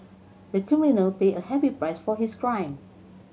the criminal paid a heavy price for his crime